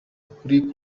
kuri